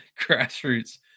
grassroots